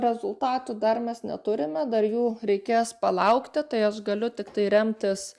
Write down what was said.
rezultatų dar mes neturime dar jų reikės palaukti tai aš galiu tiktai remtis